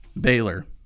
Baylor